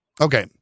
Okay